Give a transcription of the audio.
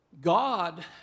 God